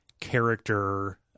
character-